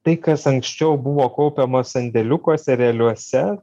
tai kas anksčiau buvo kaupiama sandėliukuose realiuose